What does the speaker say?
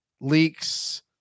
leaks